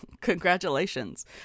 congratulations